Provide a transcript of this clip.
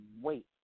wait